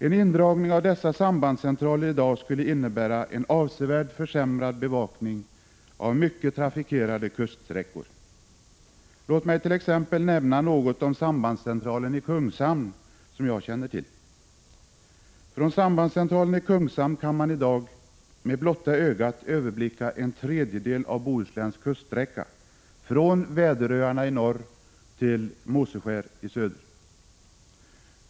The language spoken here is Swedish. En indragning av dessa sambandscentraler i dag skulle innebära en avsevärt försämrad bevakning av mycket trafikerade kuststräckor. Låt mig t.ex. nämna något om sambandscentralen i Kungshamn, som jag känner till. Från sambandscentralen i Kungshamn kan man med blotta ögat överblicka en tredjedel av Bohusläns kuststräcka från Väderöarna i norr till Måseskär i söder.